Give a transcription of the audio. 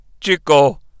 chico